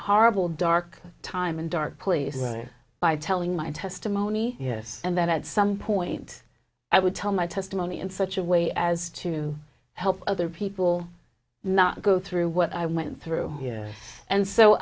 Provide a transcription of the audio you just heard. horrible dark time and dark police by telling my testimony yes and that at some point i would tell my testimony in such a way as to help other people not go through what i went through here and so